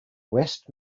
west